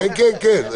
כן, כן.